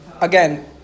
again